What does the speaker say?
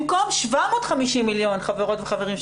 במקום 750 מיליון חברות וחברים,